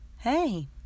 Hey